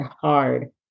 hard